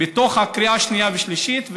בתוך הקריאה השנייה והשלישית.